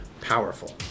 powerful